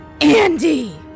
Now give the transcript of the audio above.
Andy